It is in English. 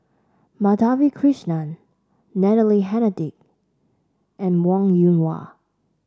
Madhavi Krishnan Natalie Hennedige and Wong Yoon Wah